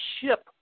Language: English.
ship